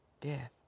death